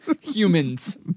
Humans